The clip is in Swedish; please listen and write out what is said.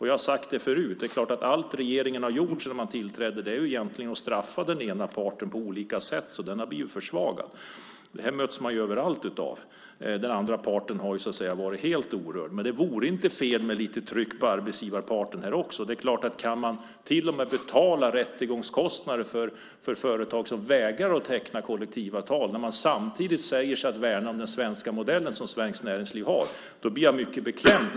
Jag har sagt det förut: Sedan regeringen tillträdde har de straffat den ena parten på olika sätt så att den har försvagats. Det möts man av överallt. Den andra parten har varit helt orörd. Men det vore inte fel med lite tryck på arbetsgivarparten också. Kan man till och med betala rättegångskostnader för företag som vägrar att teckna kollektivavtal samtidigt som man säger sig värna den svenska modellen blir jag mycket beklämd.